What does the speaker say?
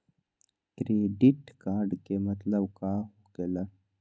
Credit card के मतलब का होकेला?